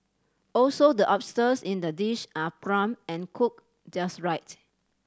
also the oysters in the dish are plump and cooked just right